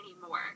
anymore